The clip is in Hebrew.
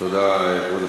ושותפיהם